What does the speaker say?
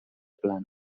plana